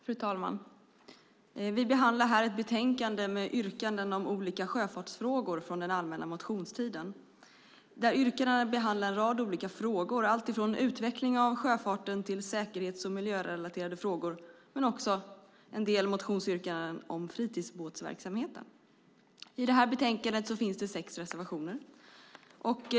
Fru talman! Vi behandlar här ett betänkande med yrkanden om olika sjöfartsfrågor från allmänna motionstiden. Yrkandena handlar om en rad olika frågor, alltifrån utveckling av sjöfarten till säkerhets och miljörelaterade frågor men också en del motionsyrkanden om fritidsbåtsverksamheten. I betänkandet finns sex reservationer.